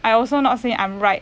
I also not say I'm right